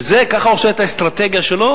וזה, ככה הוא עושה את האסטרטגיה שלו,